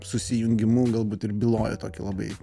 susijungimu galbūt ir byloja tokį labai